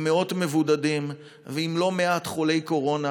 עם מאות מבודדים ועם לא מעט חולי קורונה,